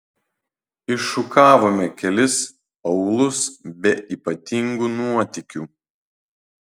iššukavome kelis aūlus be ypatingų nuotykių